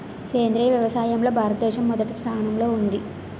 సేంద్రీయ వ్యవసాయంలో భారతదేశం మొదటి స్థానంలో ఉంది